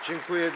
Dziękuję.